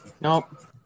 Nope